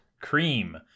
cream